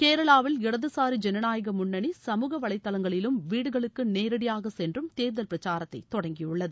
கேரளாவில் இடதுசாரி ஜனநாயக முன்னணி சமூக வலைதளங்களிலும் வீடுகளுக்கு நேரடியாகச் சென்றும் தேர்தல் பிரச்சாரத்தை தொடங்கியுள்ளது